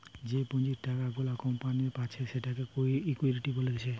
যে পুঁজির টাকা গুলা কোম্পানি পাচ্ছে সেটাকে ইকুইটি বলছে